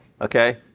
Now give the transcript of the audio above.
okay